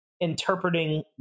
interpreting